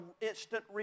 instant